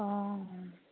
অঁ অঁ